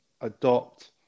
adopt